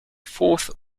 fourth